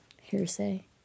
Hearsay